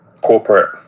corporate